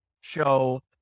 show